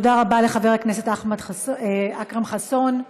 תודה רבה לחבר הכנסת אכרם חסון.